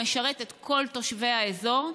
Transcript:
הוא משרת את כל תושבי האזור.